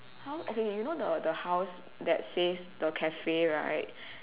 how okay you know the house that says the cafe right